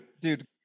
Dude